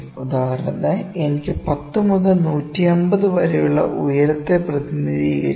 ഉദാഹരണത്തിന് എനിക്ക് 0 മുതൽ 150 വരെയുള്ള ഉയരത്തെ പ്രതിനിധീകരിക്കണം